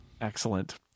Excellent